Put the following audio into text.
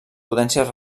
potències